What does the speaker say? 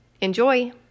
Enjoy